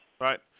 Right